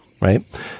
right